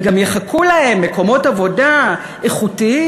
וגם יחכו להם מקומות עבודה איכותיים,